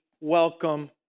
Welcome